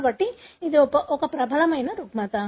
కాబట్టి ఇది ఒక ప్రబలమైన రుగ్మత